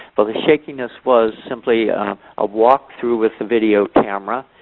but the shakiness was simply a walk-through with the video camera.